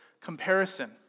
comparison